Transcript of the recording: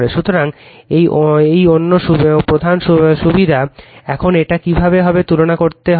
সুতরাং এই অন্য প্রধান সুবিধা কল কি এখন এটা কিভাবে হবে তুলনা করতে হবে